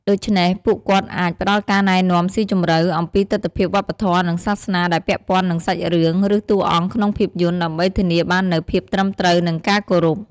ដូច្នេះ ពួកគាត់អាច ផ្ដល់ការណែនាំស៊ីជម្រៅ អំពីទិដ្ឋភាពវប្បធម៌ និងសាសនាដែលពាក់ព័ន្ធនឹងសាច់រឿង ឬតួអង្គក្នុងភាពយន្ត ដើម្បីធានាបាននូវភាពត្រឹមត្រូវ និងការគោរព។